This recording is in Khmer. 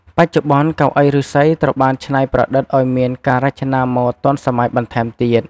បច្ចុប្បន្ន កៅអីឫស្សីត្រូវបានច្នៃប្រឌិតអោយមានការរចនាម៉ូដទាន់សម័យបន្ថែមទៀត។